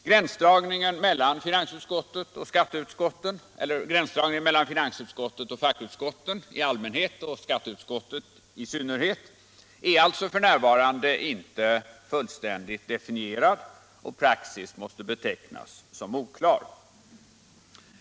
Gränsdragningen mellan finansutskottet och fackutskotten — särskilt skatteutskottet — är alltså f.n. inte fullständigt definierad, och praxis måste betecknas som oklar.